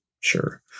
Sure